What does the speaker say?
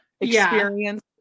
experience